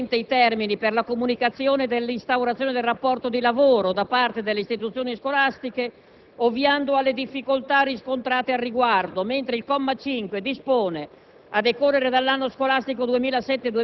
Il comma 4 modifica opportunamente i termini per la comunicazione dell'instaurazione del rapporto di lavoro da parte delle istituzioni scolastiche, ovviando alle difficoltà riscontrate al riguardo, mentre il comma 5 dispone,